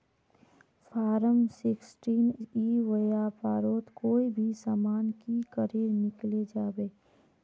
Form sixteen ई व्यापारोत कोई भी सामान की करे किनले जाबे?